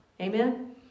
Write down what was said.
amen